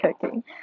cooking